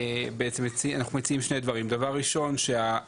בעצם אנחנו מציעים שני דברים: שהאפשרות,